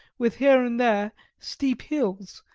with here and there steep hills,